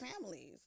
families